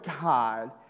God